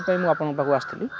ସେଥିପାଇଁ ମୁଁ ଆପଣଙ୍କ ପାଖକୁ ଆସିଥିଲି